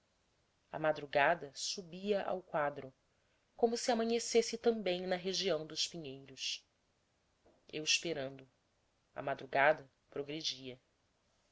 a madrugada subia ao quadro como se amanhecesse também na região dos pinheiros eu esperando a madrugada progredia